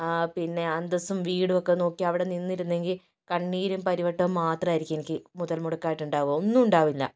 ആ പിന്നെ അന്തസ്സും വീടുമൊക്കെ നോക്കിയവിടെ നിന്നിരുന്നെങ്കിൽ കണ്ണീരും പരിവട്ടവും മാത്രായിരിക്കും എനിക്ക് മുതൽ മുടക്കായിട്ട് ഉണ്ടാവുക ഒന്നും ഉണ്ടാവില്ല